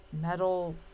metal